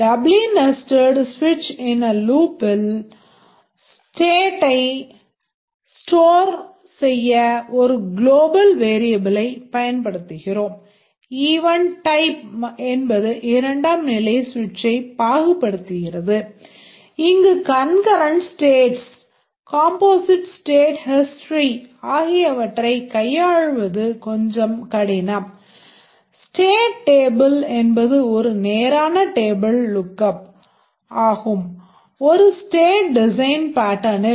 டப்லி nested ஸ்விட்ச் in a லூப்பில்